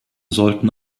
sollten